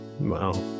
wow